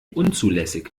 unzulässig